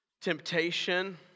temptation